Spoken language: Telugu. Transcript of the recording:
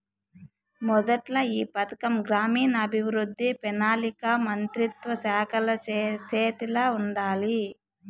మొదట్ల ఈ పథకం గ్రామీణాభవృద్ధి, పెనాలికా మంత్రిత్వ శాఖల సేతిల ఉండాది